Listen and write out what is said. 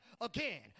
again